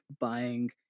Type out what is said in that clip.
buying